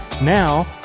Now